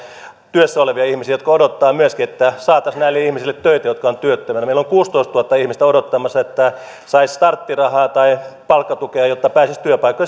työssä olevia ihmisiä jotka odottavat myöskin että saataisiin töitä näille ihmisille jotka ovat työttöminä meillä on kuusitoistatuhatta ihmistä odottamassa että saisi starttirahaa tai palkkatukea jotta pääsisi työpaikkoihin